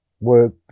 work